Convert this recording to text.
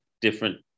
different